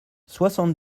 soixante